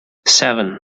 seven